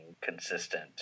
consistent